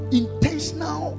intentional